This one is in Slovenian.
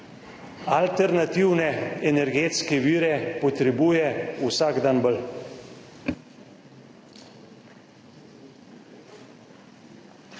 alternativne energetske vire potrebuje vsak dan bolj.